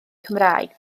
cymraeg